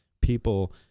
people